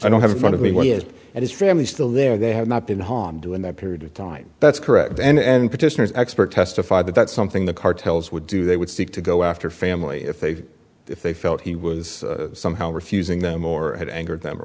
i don't have a front of me and his family still there they have not been harmed during that period of time that's correct and petitioners expert testified that that's something the cartels would do they would seek to go after family if they if they felt he was somehow refusing them or had angered them or